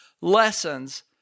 lessons